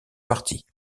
partit